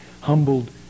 humbled